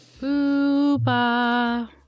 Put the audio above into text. Booba